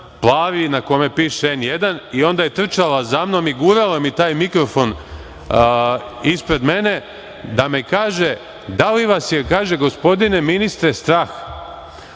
plavi na kome piše N1 i onda je trčala za mnom i gurala mi taj mikrofon ispred mene, da mi kaže, da li vas je gospodine ministre strah